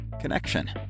connection